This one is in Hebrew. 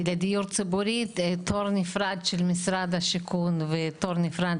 לדיור ציבורי תור נפרד של משרד השיכון ותור נפרד